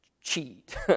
cheat